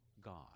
God